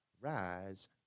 Rise